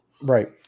Right